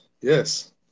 Yes